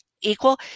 equal